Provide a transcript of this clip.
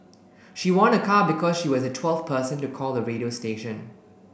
she won a car because she was the twelfth person to call the radio station